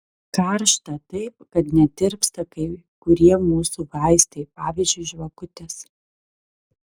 karšta taip kad net tirpsta kai kurie mūsų vaistai pavyzdžiui žvakutės